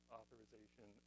authorization